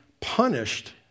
punished